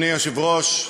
אדוני היושב-ראש,